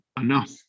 enough